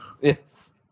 Yes